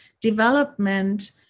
development